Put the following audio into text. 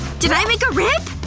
did i make a rip!